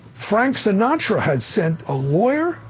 frank sinatra had sent a lawyer!